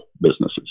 businesses